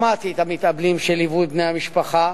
שמעתי את המתאבלים שליוו את בני המשפחה,